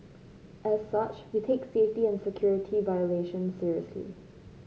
as such we take safety and security violation seriously